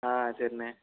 ஆ சரிண்ணே